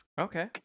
okay